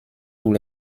tous